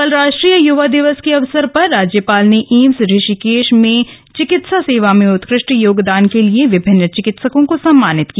कल राष्ट्रीय युवा दिवस के अवसर पर राज्यपाल ने एम्स ऋषिकेश में चिकित्सा सेवा में उत्कष्ट योगदान के लिए विभिन्न चिकित्सकों को सम्मानित किया